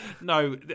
no